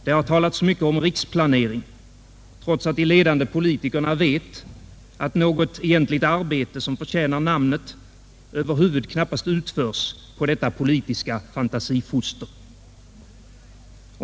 Det har talats utförligt om riksplanering, trots att de ledande politikerna vet att något arbete som förtjänar namnet knappast utförs på detta politiska fantasifoster.